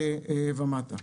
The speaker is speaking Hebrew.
מהממוצע ומטה.